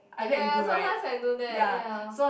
sometimes I do that ya